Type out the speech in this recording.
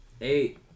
eight